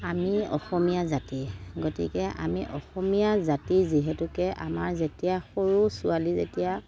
আমি অসমীয়া জাতি গতিকে আমি অসমীয়া জাতি যিহেতুকে আমাৰ যেতিয়া সৰু ছোৱালী যেতিয়া